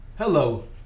Hello